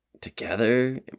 together